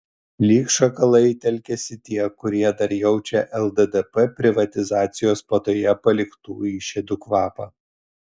lyg šakalai telkiasi tie kurie dar jaučia lddp privatizacijos puotoje paliktų išėdų kvapą